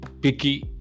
picky